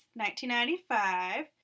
1995